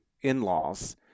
in-laws